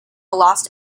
lost